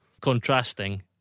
contrasting